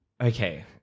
okay